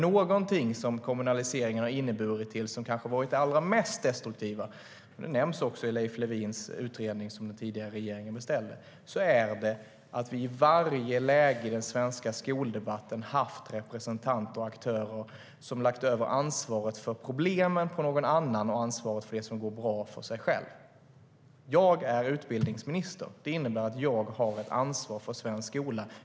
Någonting som kommunaliseringen har inneburit och som kanske har varit det allra mest destruktiva - det nämns också i Leif Lewins utredning som den tidigare regeringen beställde - är att vi i varje läge i den svenska skoldebatten har haft representanter och aktörer som har lagt över ansvaret för problemen på någon annan och ansvaret för det som går bra på sig själv. Jag är utbildningsminister. Det innebär att jag har ansvar för svensk skola.